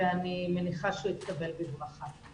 ואני מניחה שהוא יתקבל בברכה.